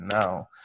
now